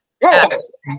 Yes